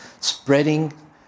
spreading